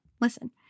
Listen